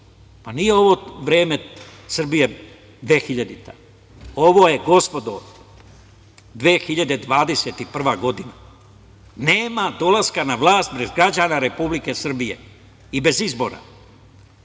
Nije ovo vreme Srbije 2000. godine, ovo je 2021. godina. Nema dolaska na vlast pred građanima Republike Srbije bez izbora.